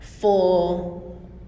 full